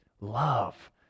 Love